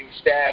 staff